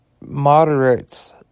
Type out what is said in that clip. moderates